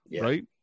right